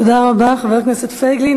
תודה רבה, חבר הכנסת פייגלין.